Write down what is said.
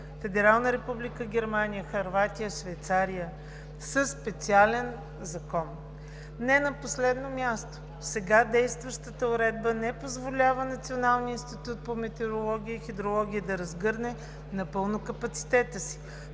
Федерална Република Германия, Хърватия, Швейцария, със специален Закон. Не на последно място, сега действащата уредба не позволява Националният институт по метеорология и хидрология да разгърне напълно капацитета си.